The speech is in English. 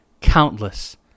countless